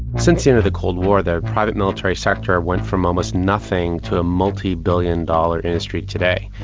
since the end of the cold war the private military sector went from almost nothing to a multi-billion dollar industry today,